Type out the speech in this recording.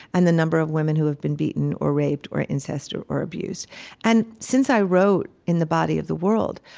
and the number of women who have been beaten or raped or incest or or abused. and since i wrote in the body of the world,